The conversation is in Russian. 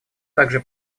также